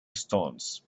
stones